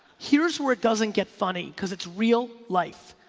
here's where it doesn't get funny cause it's real life.